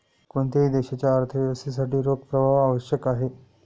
कोणत्याही देशाच्या अर्थव्यवस्थेसाठी रोख प्रवाह आवश्यक आहे